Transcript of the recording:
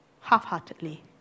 half-heartedly